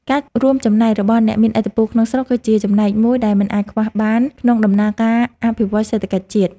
ការរួមចំណែករបស់អ្នកមានឥទ្ធិពលក្នុងស្រុកគឺជាចំណែកមួយដែលមិនអាចខ្វះបានក្នុងដំណើរការអភិវឌ្ឍសេដ្ឋកិច្ចជាតិ។